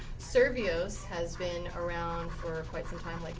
survios has been around for quite some time. like